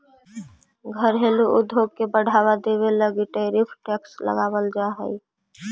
घरेलू उद्योग के बढ़ावा देवे लगी टैरिफ टैक्स लगावाल जा हई